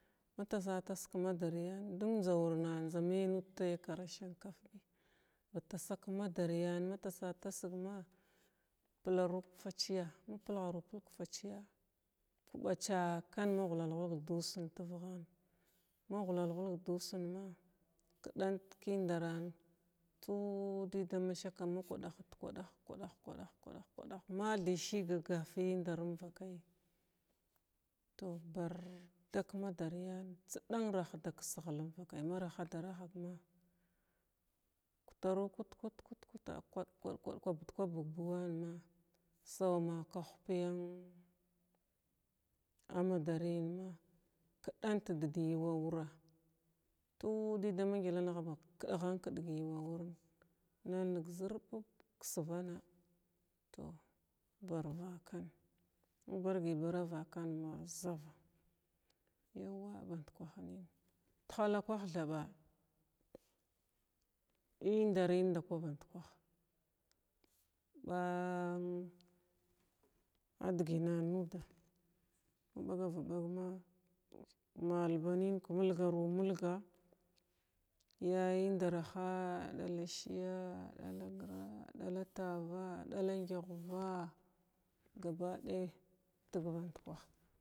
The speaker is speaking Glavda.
Ba taaru ki madariya matasatasgma kumadariya pilaru kifa ciye ma buleru bilga ki faciya kibacakana dusin magulall gul dusin ma ma gullal gul dusinma kibici kana fudida masha makuda hit kudgma kudeh-kudah methy shiga agaf mamvakayi to barda kimadariya cidan badkaha rahadarah ma kutaru kut kut kub-kub kubgan ma sawama kahpiya amadarin ma kidan diga zira wura suu dida miʒadʒigila yuwe wura kal ning girbul fivana barvara kana ma barvana barga kaba yawa bandhala kwaha thaba iidarin daki badkah ba adginan muda mabagav bagma wamin ki mulgaru mulga ye iidaraha dala shiya ya dagira ya dala shiya dala tava dala ghiva gabadaya ting bankwaha.